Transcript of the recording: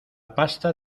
pasta